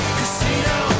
Casino